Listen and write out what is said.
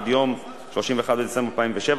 עד יום 31 בדצמבר 2007,